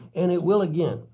and it will again.